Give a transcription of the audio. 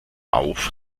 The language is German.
auf